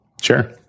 Sure